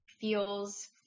feels